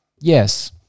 Yes